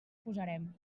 posarem